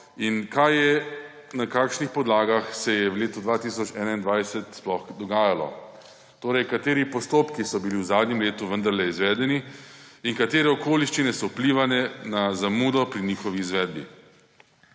in kaj in na kakšnih podlagah se je v letu 2021 sploh dogajalo, torej kateri postopki so bili v zadnjem letu vendarle izvedeni in katere okoliščine so vplivale na zamudo pri njihovi izvedbi.